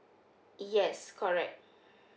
yes correct